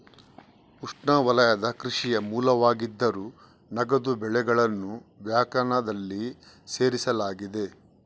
ಉಷ್ಣವಲಯದ ಕೃಷಿಯ ಮೂಲವಾಗಿದ್ದರೂ, ನಗದು ಬೆಳೆಗಳನ್ನು ವ್ಯಾಖ್ಯಾನದಲ್ಲಿ ಸೇರಿಸಲಾಗಿದೆ